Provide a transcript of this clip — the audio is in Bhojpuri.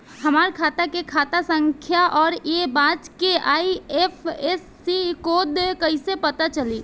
हमार खाता के खाता संख्या आउर ए ब्रांच के आई.एफ.एस.सी कोड कैसे पता चली?